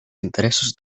interessos